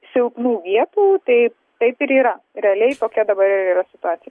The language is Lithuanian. silpnų vietų tai taip ir yra realiai kokia dabar ir yra situacija